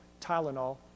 Tylenol